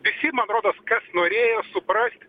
visi man rodos kas norėjo suprast